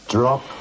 Drop